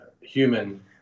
human